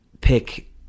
pick